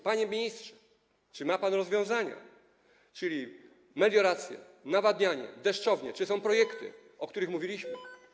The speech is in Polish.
Panie ministrze, czy ma pan rozwiązania, czyli melioracje, nawadnianie, deszczownie, czy są projekty, o których mówiliśmy?